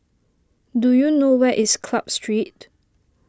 do you know where is Club Street